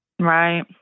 Right